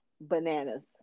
bananas